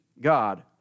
God